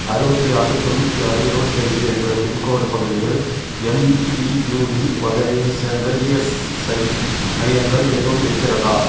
அறுபத்தி ஆறு தொண்ணூற்றி ஆறு இருபத்தஞ்சி என்ற பின்கோடு பகுதியில் எம்இயுடி வகையைச் சேர்ந்த இஎஸ்ஐ மையங்கள் எதுவும் இருக்கிறதா